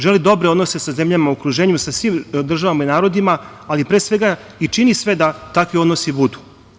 Želi dobre odnose sa zemljama u okruženju, sa svim državama i narodima, ali pre svega i čini sve da takvi odnosi budu.